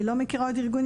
אני לא מכירה עוד ארגונים,